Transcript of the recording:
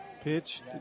Pitch